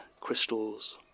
crystals